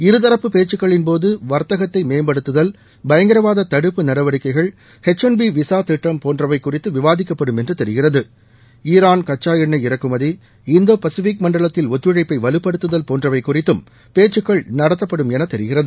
இருதரப்பு பேச்சுக்களின்போது வர்த்தகத்தை மேம்படுத்துதல் பயங்கரவாத தடுப்பு நடவடிக்கைகள் எச் ஒன் பி விசா திட்டம் போன்றவை குறித்து விவாதிக்கப்படும் என்று தெரிகிறது ஈரான் கச்சா எண்ணெய் இறக்குமதி இந்தோ பசிபிக் மண்டலத்தில் ஒத்துழைப்பை வலுப்படுத்துதல் போன்றவை குறித்தும் பேச்சுக்கள் நடத்தப்படும் என் தெிகிறது